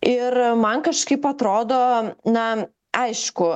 ir man kažkaip atrodo na aišku